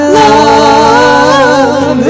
love